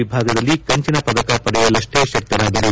ವಿಭಾಗದಲ್ಲಿ ಕಂಚಿನ ಪದಕ ಪಡೆಯಲಷ್ಟೇ ಶಕ್ತರಾದರು